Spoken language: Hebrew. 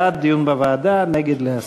בעד, דיון בוועדה, נגד, להסיר.